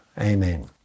Amen